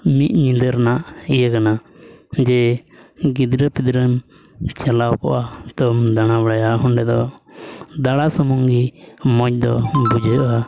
ᱢᱤᱫ ᱧᱤᱫᱟᱹ ᱨᱮᱭᱟᱜ ᱤᱭᱟᱹ ᱠᱟᱱᱟ ᱡᱮ ᱜᱤᱫᱽᱨᱟᱹ ᱯᱤᱫᱽᱨᱟᱹᱢ ᱪᱟᱞᱟᱣ ᱠᱚᱜᱼᱟ ᱛᱚᱢ ᱫᱟᱬᱟ ᱵᱟᱲᱟᱭᱟ ᱚᱸᱰᱮ ᱫᱚ ᱫᱟᱬᱟ ᱥᱩᱢᱩᱝ ᱜᱮ ᱢᱚᱡᱽ ᱫᱚ ᱵᱩᱡᱷᱟᱹᱜᱼᱟ